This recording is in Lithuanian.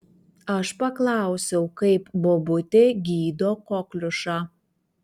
aš paklausiau kaip bobutė gydo kokliušą